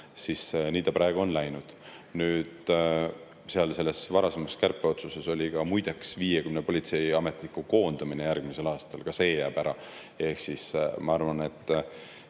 siis nii ta praegu on läinud. Selles varasemas kärpeotsuses oli ka muide 50 politseiametniku koondamine järgmisel aastal – ka see jääb ära. Ehk siis, ma arvan, et